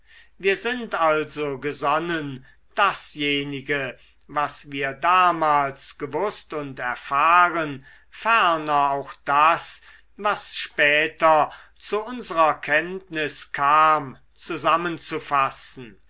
wir sind also gesonnen dasjenige was wir damals gewußt und erfahren ferner auch das was später zu unserer kenntnis kam zusammenzufassen